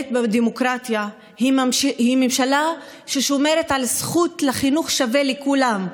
ודוגלת בדמוקרטיה היא ממשלה ששומרת על זכות לחינוך שווה לכולם,